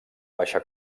baixa